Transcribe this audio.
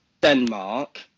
denmark